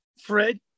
Fred